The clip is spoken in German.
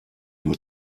nur